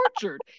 tortured